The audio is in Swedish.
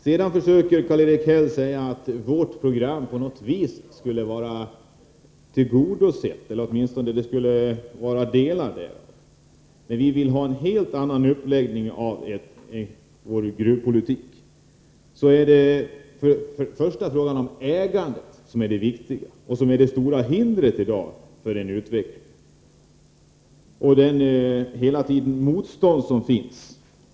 Sedan försöker Karl-Erik Häll hävda att delar av vårt program är tillgodosedda. Men vi vill ha en helt annan uppläggning av gruvpolitiken. Först och främst är det ägandet som är viktigt; det är i dag det stora hindret för en utveckling. Det finns hela tiden ett motstånd hos ägarna.